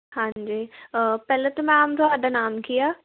ਹਾਂਜੀ ਪਹਿਲਾਂ ਤਾਂ ਮੈਮ ਤੁਹਾਡਾ ਨਾਮ ਕੀ ਆ